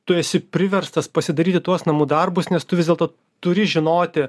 tu esi priverstas pasidaryti tuos namų darbus nes tu vis dėlto turi žinoti